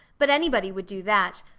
but anybody would do that.